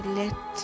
let